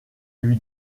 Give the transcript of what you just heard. lui